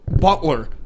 Butler